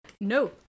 No